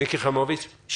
מיקי חיימוביץ', בבקשה.